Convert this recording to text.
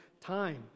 time